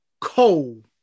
cold